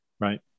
Right